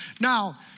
Now